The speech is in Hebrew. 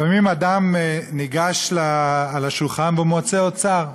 לפעמים אדם ניגש לשולחן ומוצא אוצר.